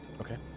Okay